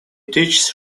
teaches